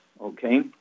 okay